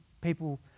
people